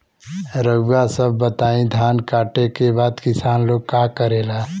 रउआ सभ बताई धान कांटेके बाद किसान लोग का करेला?